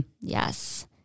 Yes